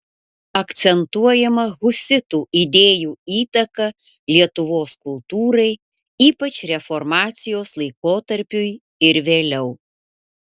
akcentuojama husitų idėjų įtaka lietuvos kultūrai ypač reformacijos laikotarpiui ir vėliau